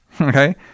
okay